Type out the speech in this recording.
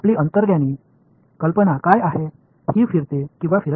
உங்கள் உள்ளுணர்வு யோசனை என்ன இது சுழல்கிறதா அல்லது சுழலவில்லையா